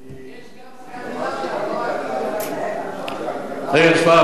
יש גם סקנדינביה, לא רק, רגע, בספרד מה קורה?